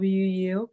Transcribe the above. wu